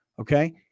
Okay